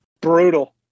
Brutal